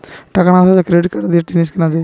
টাকা না থাকলে ক্রেডিট কার্ড দিয়ে জিনিস কিনা যায়